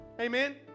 Amen